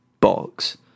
box